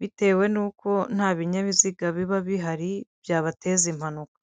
bitewe n'uko nta binyabiziga biba bihari byabateza impanuka.